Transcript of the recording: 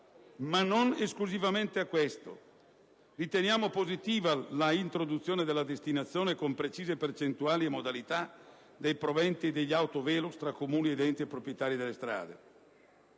ma non esclusivamente a questo. Riteniamo positiva l'introduzione della destinazione, con precise percentuali e modalità, dei proventi degli autovelox tra Comuni ed enti proprietari delle strade.